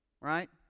Right